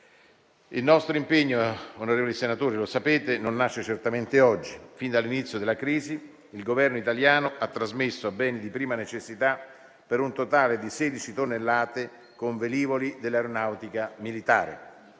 lo sapete, non nasce certamente oggi: fin dall'inizio della crisi, il Governo italiano ha trasmesso beni di prima necessità per un totale di 16 tonnellate, con velivoli dell'Aeronautica militare.